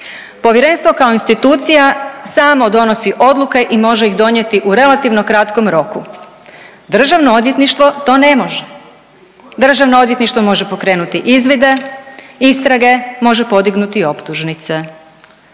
Povjerenstvo kao institucija samo donosi odluke i može ih donijeti u relativno kratkom roku, državno odvjetništvo to ne može, državno odvjetništvo može pokrenuti izvide, istrage i može podignuti optužnice.